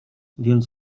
więc